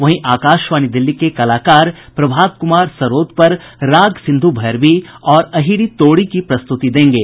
वहीं आकाशवाणी दिल्ली के कलाकार प्रभात कुमार सरोद पर राग सिंधु भैरवी और अहिरी तोड़ी की प्रस्तुति देंगे